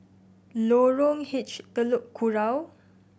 Lorong H Telok Kurau